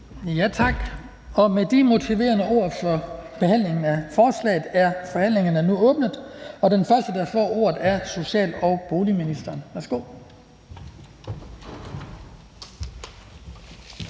Tak. Og med de motiverende ord for behandlingen af forslaget er forhandlingen åbnet, og den første, der får ordet, er social- og boligministeren. Værsgo.